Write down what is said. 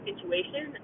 Situation